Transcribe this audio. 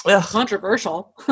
controversial